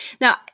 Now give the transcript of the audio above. Now